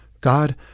God